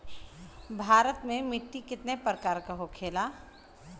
भारत में मिट्टी कितने प्रकार का होखे ला?